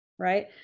right